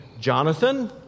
Jonathan